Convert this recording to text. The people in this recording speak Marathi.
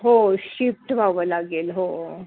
हो शिफ्ट व्हावं लागेल हो